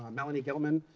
um melanie gelman,